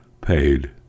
paid